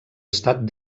estat